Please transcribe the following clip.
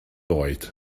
oed